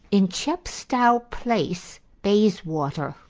in chepstow place, bayswater,